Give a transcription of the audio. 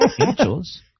Angels